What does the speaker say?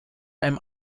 einem